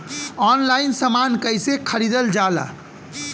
Online समान कैसे खरीदल जाला?